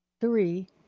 three